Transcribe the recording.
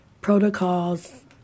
protocols